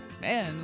Man